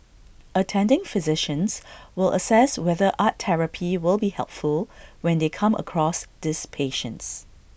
attending physicians will assess whether art therapy will be helpful when they come across these patients